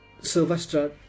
Sylvester